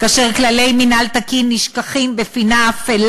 כאשר כללי מינהל תקין נשכחים בפינה אפלה,